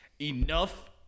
Enough